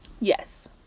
yes